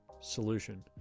Solution